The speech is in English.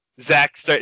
Zach